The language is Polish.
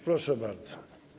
Proszę bardzo.